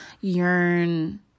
yearn